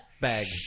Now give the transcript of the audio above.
Bag